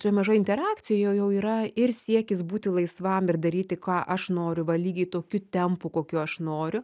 šioj mažoj interakcijoj jau yra ir siekis būti laisvam ir daryti ką aš noriu va lygiai tokiu tempu kokiu aš noriu